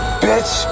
bitch